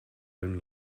own